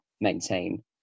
maintain